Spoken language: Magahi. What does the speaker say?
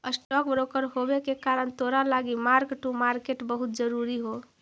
स्टॉक ब्रोकर होबे के कारण तोरा लागी मार्क टू मार्केट बहुत जरूरी हो